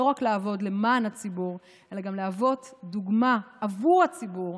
לא רק לעבוד למען הציבור אלא גם להוות דוגמה עבור הציבור,